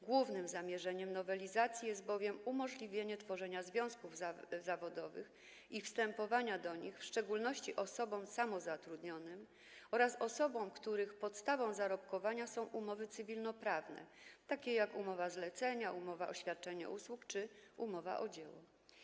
Głównym zamierzeniem nowelizacji jest bowiem umożliwienie tworzenia związków zawodowych i wstępowania do nich w szczególności osobom samozatrudnionym oraz osobom, których podstawą zarobkowania są umowy cywilnoprawne, takie jak: umowa zlecenia, umowa o świadczeniu usług czy umowa o dzieło.